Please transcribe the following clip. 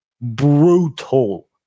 brutal